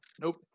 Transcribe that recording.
Nope